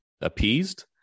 appeased